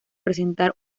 presentar